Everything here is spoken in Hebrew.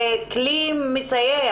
זה אפילו כלי מסייע.